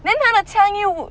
then 他的枪又